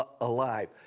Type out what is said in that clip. alive